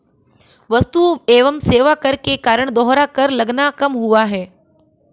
वस्तु एवं सेवा कर के कारण दोहरा कर लगना कम हुआ है